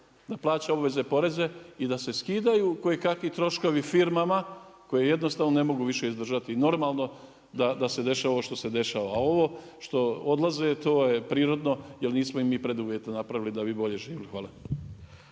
da plaća obveze i poreze i da se skidaju kojekakvi troškovi firmama koji jednostavno više ne mogu izdržati i normalno da se dešava ovo što se dešava. A ovo što odlaze, to je prirodno jer nismo im mi preduvjete napravili da bi bolje živjeli. Hvala.